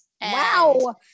wow